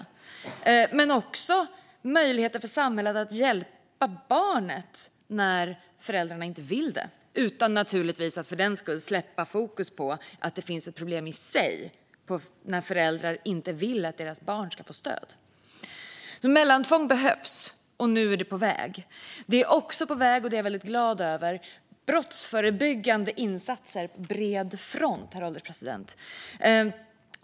Men det ska också finnas möjligheter för samhället att hjälpa barnet när föräldrarna inte vill det, utan att för den skull släppa fokus på att det finns ett problem i sig när föräldrar inte vill att deras barn ska få stöd. Mellantvång behövs, och nu är det på väg. Herr ålderspresident! Brottsförebyggande insatser på bred front är också på väg. Det är jag väldigt glad över.